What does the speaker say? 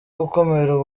gukumira